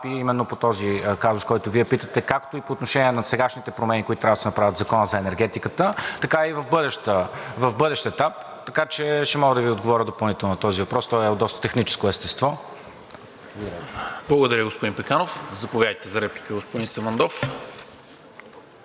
именно по този казус, за който Вие питате, както по отношение на сегашните промени, които трябва да се направят в Закона за енергетиката, така и в бъдещите. Така че мога да Ви отговоря допълнително на този въпрос. Той е от доста техническо естество. ПРЕДСЕДАТЕЛ НИКОЛА МИНЧЕВ: Благодаря, господин Пеканов. Заповядайте за реплика, господин Самандов.